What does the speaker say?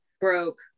broke